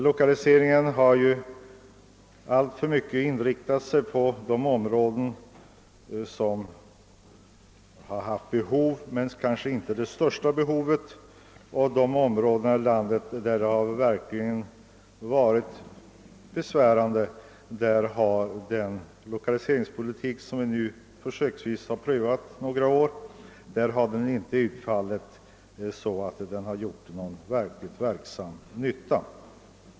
Lokaliseringen har i alltför stor utsträckning inriktats på områden som haft behov av hjälp men kanske inte det största behovet. Och i de områden av landet där det verkligen varit besvärligt har den under några år försöksvis förda lokaliseringspolitiken inte varit till den väntade nyttan.